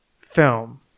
film